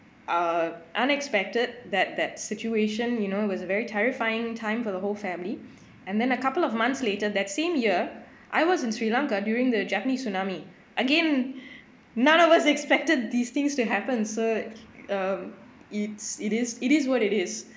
err unexpected that that situation you know was very terrifying time for the whole family and then a couple of months later that same year I was in sri lanka during the japanese tsunami again none of us expected these things to happen so um it's it is it is what it is